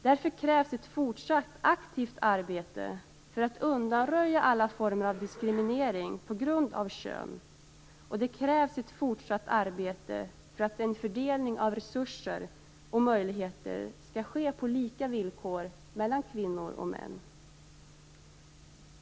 Därför krävs ett fortsatt aktivt arbete för att undanröja alla former av diskriminering på grund av kön, och det krävs ett fortsatt arbete för att fördelningen av resurser och möjligheter skall ske på lika villkor mellan kvinnor och män.